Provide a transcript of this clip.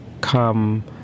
come